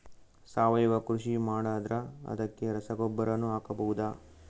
ಸಾವಯವ ಕೃಷಿ ಮಾಡದ್ರ ಅದಕ್ಕೆ ರಸಗೊಬ್ಬರನು ಹಾಕಬಹುದಾ?